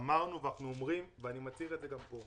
אמרנו ואנחנו אומרים ואני מצהיר את זה גם כאן